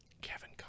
Kevin